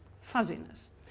fuzziness